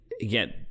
again